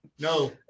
No